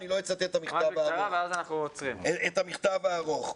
אני לא אצטט את המכתב הארוך.